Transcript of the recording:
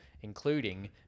Including